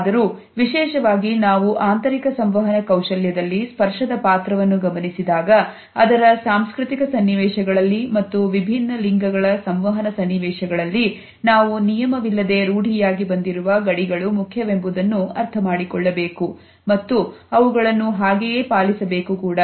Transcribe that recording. ಆದರೂ ವಿಶೇಷವಾಗಿ ನಾವು ಆಂತರಿಕ ಸಂವಹನ ಕೌಶಲ್ಯದಲ್ಲಿ ಸ್ಪರ್ಶದ ಪಾತ್ರವನ್ನು ಗಮನಿಸಿದಾಗ ಅದರ ಸಾಂಸ್ಕೃತಿಕ ಸನ್ನಿವೇಶಗಳಲ್ಲಿ ಮತ್ತು ವಿಭಿನ್ನ ಲಿಂಗಗಳ ಸಂವಹನ ಸನ್ನಿವೇಶಗಳಲ್ಲಿ ನಾವು ನಿಯಮ ವಿಲ್ಲದೆ ರೂಢಿಯಾಗಿ ಬಂದಿರುವ ಗಡಿಗಳು ಮುಖ್ಯವೆಂಬುದನ್ನು ಅರ್ಥಮಾಡಿಕೊಳ್ಳಬೇಕು ಮತ್ತು ಅವುಗಳನ್ನು ಹಾಗೆಯೇ ಪಾಲಿಸಬೇಕು ಕೂಡ